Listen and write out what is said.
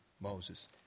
Moses